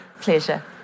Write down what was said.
Pleasure